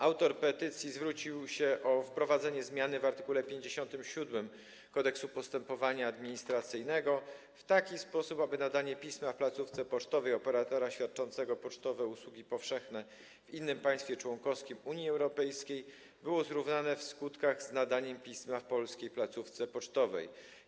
Autor petycji zwrócił się o wprowadzenie zmiany w art. 57 Kodeksu postępowania administracyjnego w taki sposób, aby nadanie pisma w placówce pocztowej operatora świadczącego pocztowe usługi powszechne w innym państwie członkowskim Unii Europejskiej było zrównane w skutkach z nadaniem pisma w polskiej placówce pocztowej.